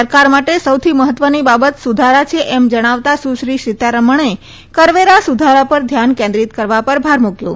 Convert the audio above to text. સરકાર માટે સૌથી મહત્વની બાબત સુધારા છે તેમ જણાવતા સુશ્રી સીતારમણે કરવેરા સુધારા પર ધ્યાન કેન્દ્રિત કરવા પર ભાર મૂકથો